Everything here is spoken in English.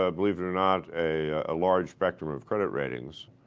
ah believe it or not, a ah ah large spectrum of credit ratings.